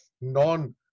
non